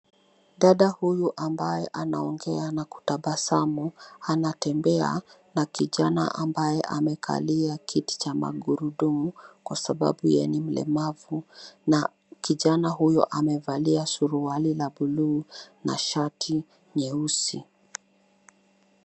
Dada huyu ambaye anaongea na kutabasamu anatembea na kijana ambaye amekalia kiti cha magurudumu, kwa sababu yeye ni mlemavu na kijana huyo amevalia suruali la buluu na shati nyeusi.